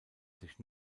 sich